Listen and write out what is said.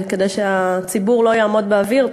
כדי שהציבור לא יעמוד באוויר.